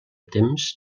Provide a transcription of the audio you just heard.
temps